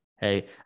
hey